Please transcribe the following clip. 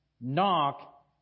Knock